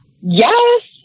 yes